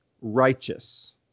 righteous